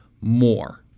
more